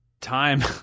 time